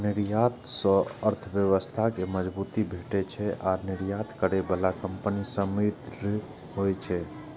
निर्यात सं अर्थव्यवस्था कें मजबूती भेटै छै आ निर्यात करै बला कंपनी समृद्ध होइ छै